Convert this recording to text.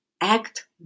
act